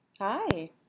Hi